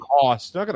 cost